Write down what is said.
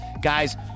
Guys